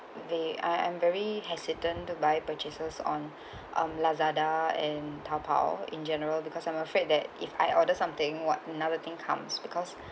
there I am very hesitant to buy purchases on um Lazada and taobao in general because I'm afraid that if I order something but another thing comes because